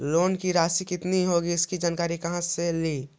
Loan की रासि कितनी होगी इसकी जानकारी कहा से ली?